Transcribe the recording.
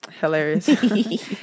Hilarious